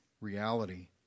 reality